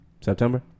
September